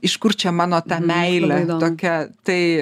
iš kur čia mano ta meilė tokia tai